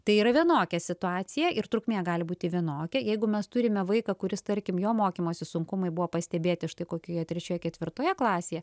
tai yra vienokia situacija ir trukmė gali būti vienokia jeigu mes turime vaiką kuris tarkim jo mokymosi sunkumai buvo pastebėti štai kokioje trečioje ketvirtoje klasėje